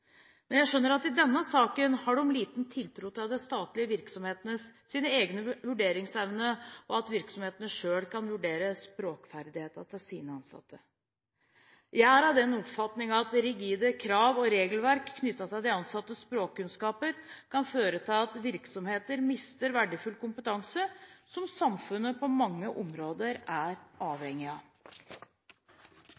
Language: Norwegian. Men jeg skjønner at i denne saken har de liten tiltro til de statlige virksomhetenes egen vurderingsevne, og til at virksomhetene selv kan vurdere språkferdighetene til sine ansatte. Jeg er av den oppfatning at rigide krav og regelverk knyttet til de ansattes språkkunnskaper kan føre til at virksomhetene mister verdifull kompetanse som samfunnet på mange områder er avhengig av.